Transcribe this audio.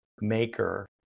maker